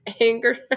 anger